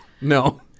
No